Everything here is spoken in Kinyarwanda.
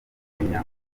kenya